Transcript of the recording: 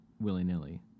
willy-nilly